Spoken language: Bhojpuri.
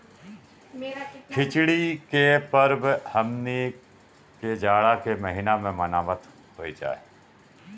खिचड़ी के परब हमनी के जाड़ा के महिना में मनावत हई जा